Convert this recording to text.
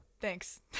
Thanks